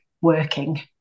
working